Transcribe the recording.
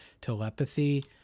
telepathy